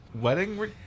wedding